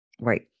Right